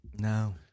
No